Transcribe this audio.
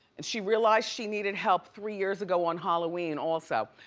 and she realized she needed help three years ago on halloween also.